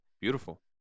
Beautiful